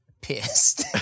pissed